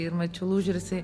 ir mačiau lūžį ir jisai